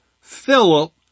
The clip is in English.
Philip